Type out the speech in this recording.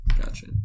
Gotcha